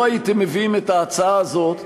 לא הייתם מביאים את ההצעה הזאת,